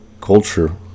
culture